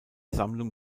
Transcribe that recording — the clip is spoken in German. sammlung